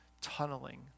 tunneling